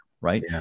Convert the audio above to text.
right